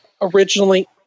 originally